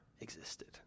existed